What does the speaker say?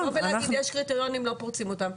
לבוא ולהגיד יש קריטריונים ולא פורצים אותם,